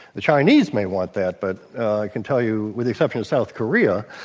the chinese may want that, but i can tell you with the exception of south korea,